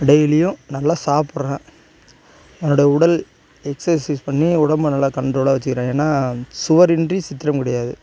டெய்லியும் நல்லா சாப்பிட்றேன் என்னுடைய உடல் எக்ஸசைஸ் பண்ணி உடம்பை நல்லா கண்ட்ரோலாக வச்சுக்குறேன் ஏன்னால் சுவரின்றி சித்திரம் கிடையாது